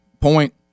point